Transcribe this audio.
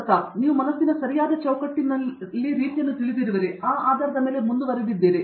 ಪ್ರತಾಪ್ ಹರಿಡೋಸ್ ನೀವು ಮನಸ್ಸಿನ ಸರಿಯಾದ ಚೌಕಟ್ಟಿನಲ್ಲಿ ರೀತಿಯನ್ನು ತಿಳಿದಿರುವಿರಾ ಮತ್ತು ಆ ಆಧಾರದ ಮೇಲೆ ಮುಂದುವರಿಯಿರಿ